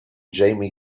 jamie